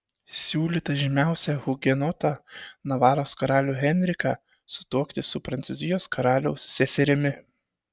siūlyta žymiausią hugenotą navaros karalių henriką sutuokti su prancūzijos karaliaus seserimi